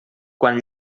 quan